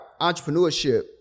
entrepreneurship